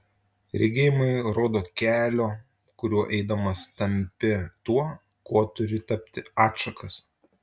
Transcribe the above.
regėjimai rodo kelio kuriuo eidamas tampi tuo kuo turi tapti atšakas